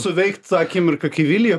suveikt tą akimirką kai vilija